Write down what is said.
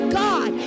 god